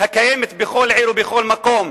הקיימת בכל עיר, בכל מקום,